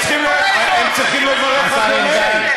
הם צריכים לברך על הנס.